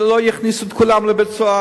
ולא יכניסו את כולם לבית-סוהר,